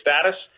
status